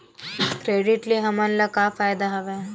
Credit ले हमन ला का फ़ायदा हवय?